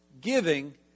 giving